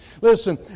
Listen